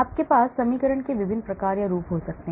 आपके पास समीकरण के विभिन्न प्रकार या रूप हो सकते हैं